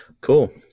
Cool